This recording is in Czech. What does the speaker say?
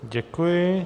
Děkuji.